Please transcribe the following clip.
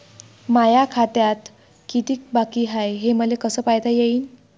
माया खात्यात कितीक बाकी हाय, हे मले कस पायता येईन?